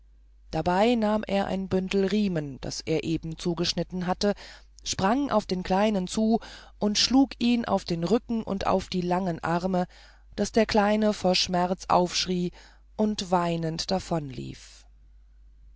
dabei nahm er ein bündel riemen die er eben zugeschnitten hatte sprang auf den kleinen zu und schlug ihn auf den hohen rücken und auf die langen arme daß der kleine vor schmerz aufschrie und weinend